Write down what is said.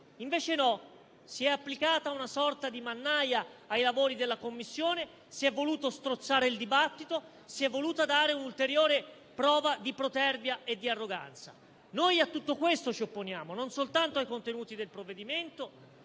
Invece no: si è applicata una sorta di mannaia ai lavori della Commissione; si è voluto strozzare il dibattito; si è voluta dare un'ulteriore prova di protervia e di arroganza. Noi a tutto questo ci opponiamo, non soltanto ai contenuti del provvedimento.